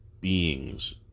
beings